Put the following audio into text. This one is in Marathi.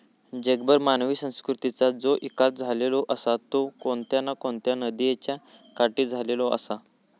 जगभर मानवी संस्कृतीचा जो इकास झालेलो आसा तो कोणत्या ना कोणत्या नदीयेच्या काठी झालेलो आसा